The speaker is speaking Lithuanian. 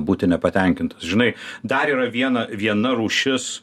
būti nepatenkintas žinai dar yra viena viena rūšis